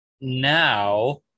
now